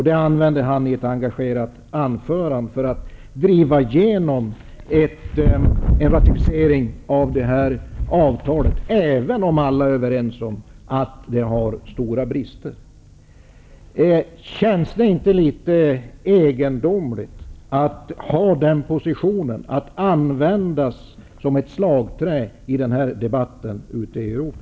Det använde han i ett engagerat anförande för att driva igenom en ratificering av detta avtal, även om alla är överens om att det har stora brister. Känns det inte litet egendomligt att ha den positionen och användas som ett slagträ i denna debatt ute i Europa?